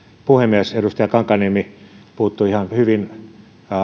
puhemies edustaja kankaanniemi puuttui ihan hyvin